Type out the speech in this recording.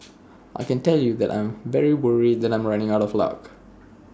I can tell you that I'm very worried that I'm running out of luck